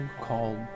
called